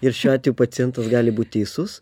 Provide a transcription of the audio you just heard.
ir šiuo atveju pacientas gali būt teisus